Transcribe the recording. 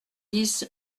dix